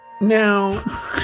Now